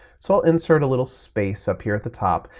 so i'll insert a little space up here at the top.